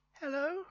Hello